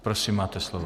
Prosím, máte slovo.